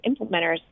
implementers